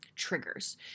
triggers